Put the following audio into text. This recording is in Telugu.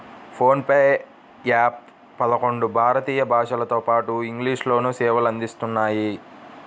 ఫోన్ పే యాప్ పదకొండు భారతీయ భాషలతోపాటు ఇంగ్లీష్ లోనూ సేవలు అందిస్తున్నాయి